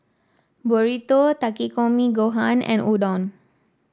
Burrito Takikomi Gohan and Udon